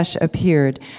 appeared